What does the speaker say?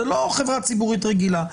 זו לא חברה ציבורית רגילה.